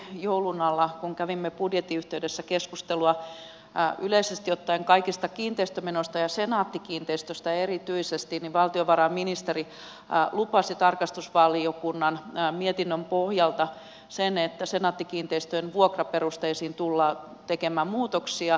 juuri joulun alla kun kävimme budjetin yhteydessä keskustelua yleisesti ottaen kaikista kiinteistömenoista ja senaatti kiinteistöistä erityisesti valtiovarainministeri lupasi tarkastusvaliokunnan mietinnön pohjalta sen että senaatti kiinteistöjen vuokraperusteisiin tullaan tekemään muutoksia